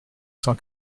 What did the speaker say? cent